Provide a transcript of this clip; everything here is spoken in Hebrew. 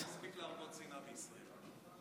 מספיק להרבות שנאה בישראל.